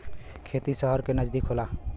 खेती सहर के नजदीक होला